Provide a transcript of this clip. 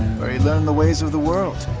where he learned the ways of the world,